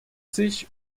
sich